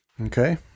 okay